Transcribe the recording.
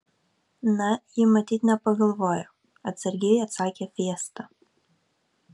na ji matyt nepagalvojo atsargiai atsakė fiesta